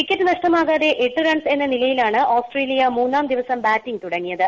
wicket നഷ്ടമാകാതെ എട്ട് runs എന്ന നിലയിലാണ് ഓസ്ട്രേലിയ മൂന്നാം ദിവസം ബാറ്റിംഗ് തുടങ്ങിയത്